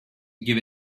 give